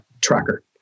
tracker